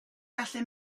gallu